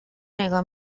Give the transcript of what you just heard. نگاه